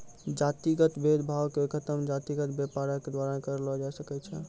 जातिगत भेद भावो के खतम जातिगत व्यापारे के द्वारा करलो जाय सकै छै